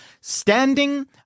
Standing